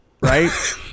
right